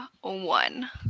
one